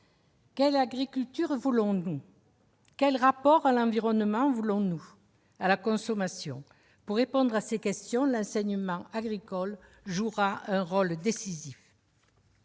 Quelle agriculture voulons-nous ? Quel rapport à l'environnement, à la consommation voulons-nous ? Pour répondre à ces questions, l'enseignement agricole jouera un rôle décisif.